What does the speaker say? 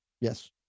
Yes